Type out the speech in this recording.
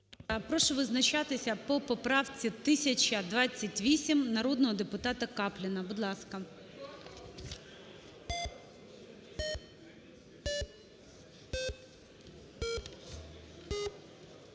Прошу визначатися по поправці 1028 народного депутата Капліна. Будь ласка.